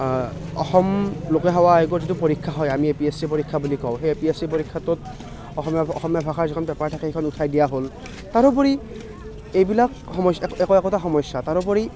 অসম লোকসেৱা আয়োগৰ যিটো পৰীক্ষা হয় আমি এ পি এছ চি পৰীক্ষা বুলি কওঁ সেই এ পি এছ চি পৰীক্ষাটোত অসমীয়া ভাষাৰ যিখন পেপাৰ থাকে সেইখন উঠাই দিয়া হ'ল তাৰোপৰি এইবিলাক সমস্যা একো একোটা সমস্যা তাৰোপৰি